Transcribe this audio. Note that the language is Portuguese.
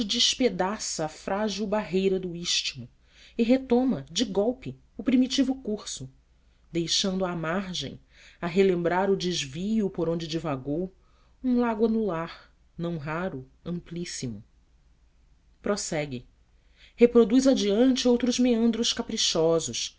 despedaça a frágil barreira do istmo e retoma de golpe o primitivo curso deixando à margem a relembrar o desvio por onde divagou um lago anular não raro amplíssimo prossegue reproduz adiante outros meandros caprichosos